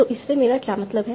तो इससे मेरा क्या मतलब है